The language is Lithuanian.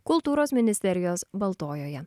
kultūros ministerijos baltojoje